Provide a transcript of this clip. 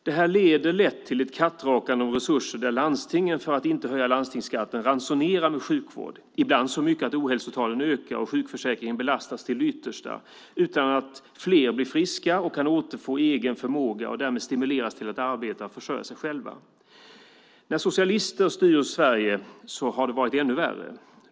Det här leder lätt till ett kattrakande om resurser där landstingen för att inte höja landstingsskatten ransonerar med sjukvård, ibland så mycket att ohälsotalen ökar. Och sjukförsäkringen belastas till det yttersta utan att fler blir friska och kan återfå egen förmåga och därmed stimuleras till att arbeta och försörja sig själva. När socialister har styrt Sverige har det varit ännu värre.